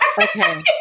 Okay